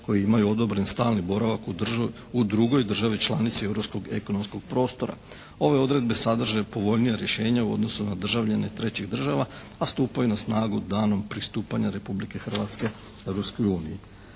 koje imaju odobren stalni boravak u drugoj državi članici europskog ekonomskog prostora. Ove odredbe sadrže povoljnija rješenja u odnosu na državljane trećih država a stupaju na snagu danom pristupanja Republike Hrvatske Europskoj uniji.